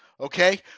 Okay